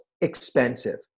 expensive